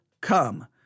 come